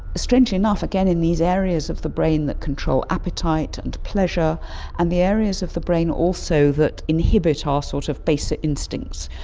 strangely enough, again in these areas of the brain that control appetite and pleasure and the areas of the brain also that inhibit our ah sort of basic instincts.